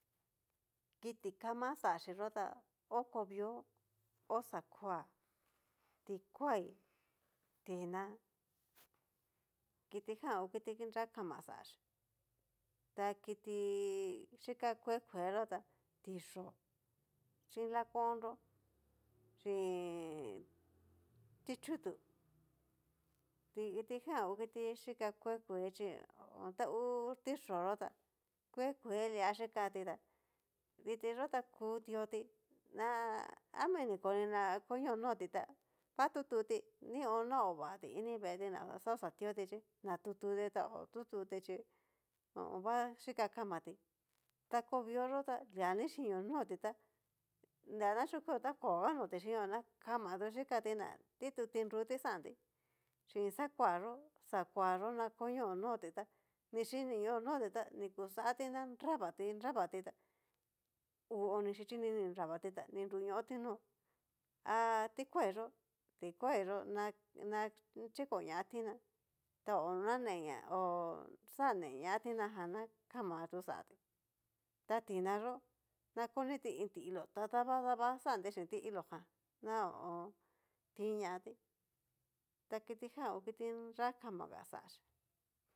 Kití kama xachiyó tá ho kovio, ho xakuá tikuaí, tina kitijan ngu kiti nra kama xachí, ta kiti xhika kue kue yó ta tiyó'o xhin lakonnro, chin ti'chutu kitijan ngu kiti xhika kue kue chí ho o on. ta ngu tiyó yo tá, kue kue lia xhikati ta kitiyó ta kú tioti, na ami ni kuni na konio noti tá va tituti to na hovati ini veeti na xa oxa tioti chí na tututi ta ho tututi chí va xika kamati, ta kovioyó ta lia ni chinio noti ta nachokui ta koga noti xhinio na kama tu xhikati ná, titu tinru ti xanti xin xakuayó xakuayó na konio noti tá, ni chininio no ti ta ni kuxati nravati nravati ta uu oni xhichini ni nravati tá ni nruñoti nó, ha tikua yó tikuayó na chikoña tiná ta naneña oxane ña tina jan na kama tu xatí, ta tina yó na koniti iin ti'ilo ta dava dava xanti chin ti'ilo, jan na ho o on. tiñanti ta kitijan ngu kiti nrakama nga xaxhí.